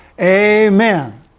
amen